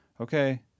okay